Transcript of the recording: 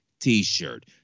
t-shirt